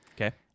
Okay